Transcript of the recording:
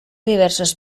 diverses